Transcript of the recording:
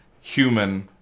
human